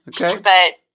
okay